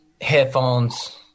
headphones